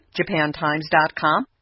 Japantimes.com